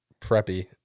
preppy